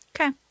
okay